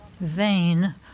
vain